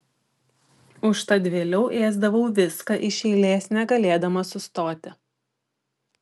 užtat vėliau ėsdavau viską iš eilės negalėdama sustoti